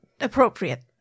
appropriate